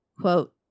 Quote